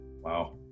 Wow